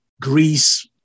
Greece